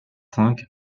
cinq